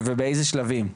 ובאיזה שלבים.